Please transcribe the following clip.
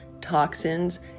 toxins